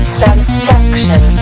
satisfaction